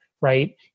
right